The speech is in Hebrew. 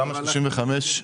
תמ"א 35,